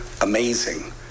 amazing